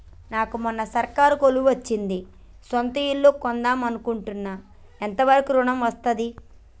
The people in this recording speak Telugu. నాకు మొన్న సర్కారీ కొలువు వచ్చింది సొంత ఇల్లు కొన్దాం అనుకుంటున్నా ఎంత వరకు ఋణం వస్తది?